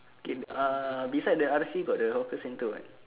K ah beside the R_C got the hawker centre [what]